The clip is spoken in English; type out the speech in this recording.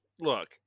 look